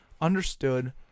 understood